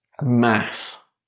Mass